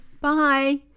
bye